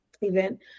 event